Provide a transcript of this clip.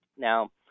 Now